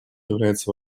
является